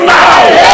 now